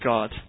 God